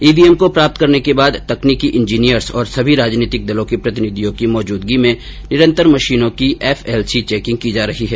EVM को प्राप्त करने के बाद तकनीकी इंजीनियर्स और सभी राजनीतिक दलों के प्रतिनिधियों की मौजूदगी में निरंतर मशीनों की एफ एल सी चेंकिंग की जा रही है